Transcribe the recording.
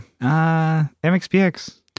MXPX